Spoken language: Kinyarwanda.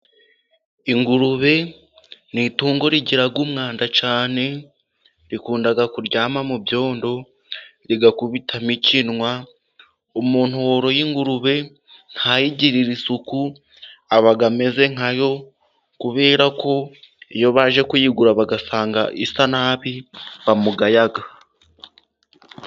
Ingurube ni itungo rigira umwanda cyane. Rikunda kuryama mu byondo, rigakubitamo ikinwa. Umuntu woroye ingurube ntayigirire isuku, aba ameze nkayo. Kubera ko iyo baje kuyigura bagasanga isa nabi bamugaya.